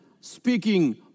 speaking